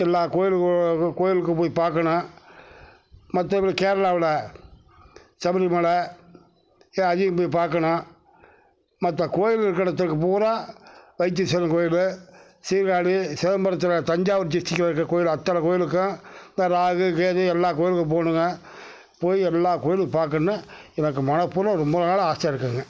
எல்லாம் கோயிலுக்கு கோயிலுக்கு போய் பார்க்கணும் மற்றபடி கேரளாவில் சபரிமலை சரி அதையும் போய் பார்க்கணும் மற்ற கோயிலுக்கு கடத்துக்கு பூராக வைத்தீஸ்வரன் கோவில் சீர்காழி சிதம்பரத்தில் தஞ்சாவூர் டிஸ்ட்டிரிக்கில் இருக்கிற கோயில் அத்தனை கோயிலுக்கு இந்த ராகு கேது எல்லாம் கோவிலுக்கும் போகணுங்க போய் எல்லாம் கோயிலுக்கு பார்க்கணும் எனக்கு மனப்பூர்வமாக ரொம்ப நாளா ஆசை இருக்குங்க